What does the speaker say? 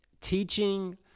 Teaching